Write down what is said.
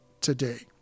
today